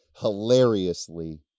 Hilariously